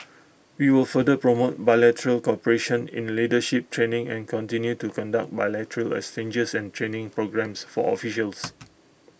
we will further promote bilateral cooperation in leadership training and continue to conduct bilateral exchanges and training programs for officials